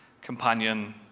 companion